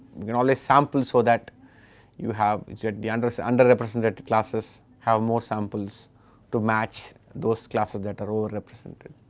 you can always sample so that you have you have the and so underrepresented classes have more samples to match those classes that are overrepresented.